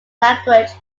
language